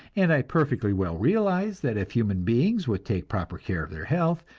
and i perfectly well realize that if human beings would take proper care of their health,